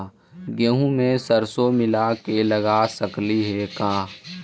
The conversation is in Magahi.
गेहूं मे सरसों मिला के लगा सकली हे का?